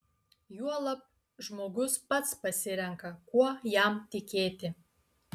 juolab žmogus pats pasirenka kuo jam tikėti